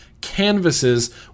canvases